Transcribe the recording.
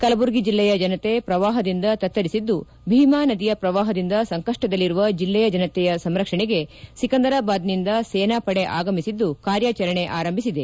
ಕಲಬುರಗಿ ಜಿಲ್ಲೆಯ ಜನತೆ ಪ್ರವಾಪದಿಂದ ತತ್ತರಿಸಿದ್ದು ಭೀಮಾ ಪ್ರವಾಪದಿಂದ ಸಂಕಪ್ನದಲ್ಲಿರುವ ಜಿಲ್ಲೆಯ ಜನತೆಯ ಸಂರಕ್ಷಣೆಗೆ ಸಿಕಿಂದರಾಬಾದ್ನಿಂದ ಸೇನಾ ಪಡೆ ಆಗಮಿಸಿದ್ದು ಕಾರ್ಯಾಚರಣೆ ಆರಂಭಿಸಿದೆ